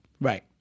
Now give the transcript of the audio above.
Right